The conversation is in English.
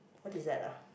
what is that ah